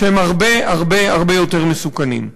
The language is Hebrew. שהם הרבה הרבה הרבה יותר מסוכנים.